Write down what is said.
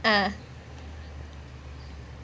uh